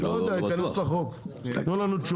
לא יודע, ייכנס לחוק, יתנו לנו תשובה.